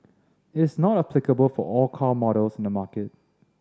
it's not applicable for all car models in the market